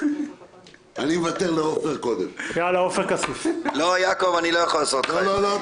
מוותר לעופר כסיף שידבר קודם.